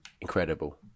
incredible